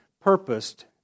purposed